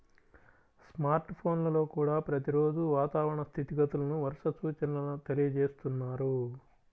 smart ఫోన్లల్లో కూడా ప్రతి రోజూ వాతావరణ స్థితిగతులను, వర్ష సూచనల తెలియజేస్తున్నారు